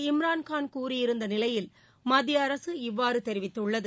இம்ரான்கான் கூறியிருந்த நிலையில் மத்திய அரசு இவ்வாறு தெரிவித்துள்ளது